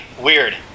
weird